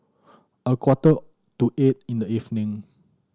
a quarter to eight in the evening